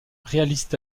réalisent